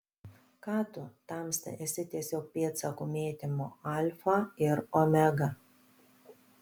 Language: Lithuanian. ką tu tamsta esi tiesiog pėdsakų mėtymo alfa ir omega